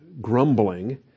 grumbling